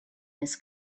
this